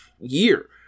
year